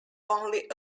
only